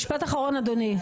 משפט אחרון, אדוני.